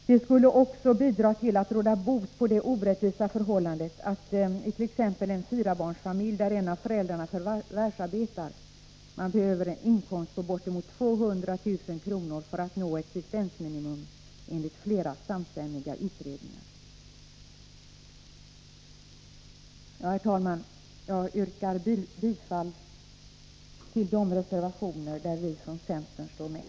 Det skulle också bidra till att råda bot på det orättvisa förhållandet att man — enligt flera samstämmiga utredningar it.ex. en fyrabarnsfamilj där en av föräldrarna förvärvsarbetar behöver en inkomst på bortemot 200 000 kr. för att uppnå existensminimum. Herr talman! Jag yrkar bifall till de reservationer där vi från centern finns med.